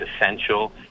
essential